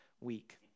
week